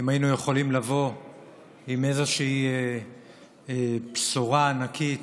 אם היינו יכולים לבוא עם איזושהי בשורה ענקית,